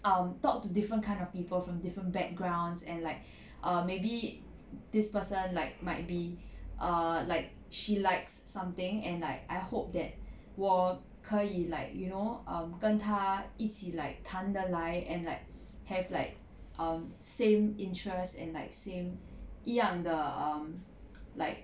um talk to different kind of people from different backgrounds and like err maybe this person like might be err like she likes something and like I hope that 我可以 like you know um 跟他一起 like 谈得来 and like have like um same interests and like same 一样的 um like